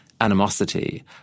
animosity